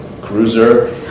cruiser